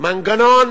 מנגנון